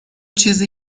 چیزی